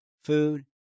food